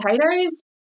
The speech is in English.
potatoes